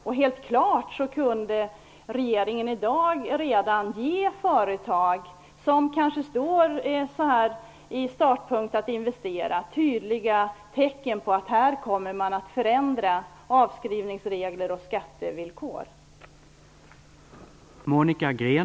Självfallet skulle regeringen redan i dag kunna ge tydliga tecken till företag, som kanske står i startgroparna för att investera, på att avskrivningsregler och skattevillkor kommer att förändras.